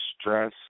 stress